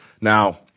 Now